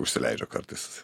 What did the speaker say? užsileidžiu kartais